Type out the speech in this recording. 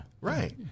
Right